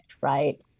right